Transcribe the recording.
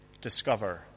discover